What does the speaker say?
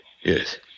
Yes